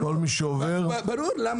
ברור.